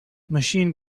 machine